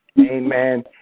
amen